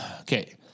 okay